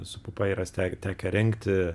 su pupa yra ste tekę rengti